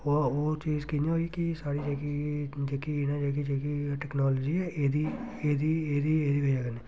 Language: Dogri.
ओह् ओह् चीज़ कियां होई कि साढ़ी जेह्की जेह्की जेह्की टेक्नोलाजी ऐ एह्दी एह्दी एह्दी एह्दी बजह् कन्नै